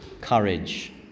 courage